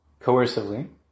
coercively